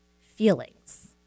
feelings